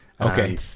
Okay